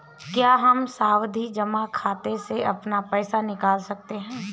क्या हम सावधि जमा खाते से अपना पैसा निकाल सकते हैं?